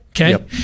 Okay